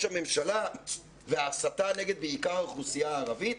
הממשלה וההסתה נגד בעיקר אוכלוסייה הערבית?